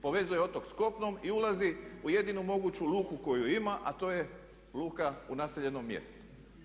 Povezuje otok s kopnom i ulazi u jedinu moguću luku koju ima a to je luka u naseljenom mjestu.